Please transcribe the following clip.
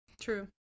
True